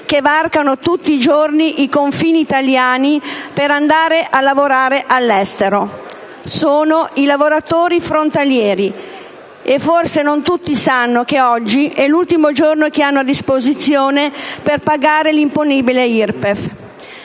che varcano tutti i giorni i confini italiani per andare a lavorare all'estero. Sono i lavoratori frontalieri, e forse non tutti sanno che oggi è l'ultimo giorno che hanno a disposizione per pagare l'imponibile IRPEF.